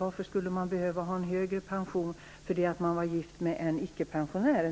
Varför skall den som är gift med en icke-pensionär behöva ha en högre pension än den som är gift med en pensionär?